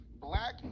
black